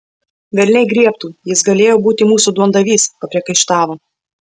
velniai griebtų jis galėjo būti mūsų duondavys papriekaištavo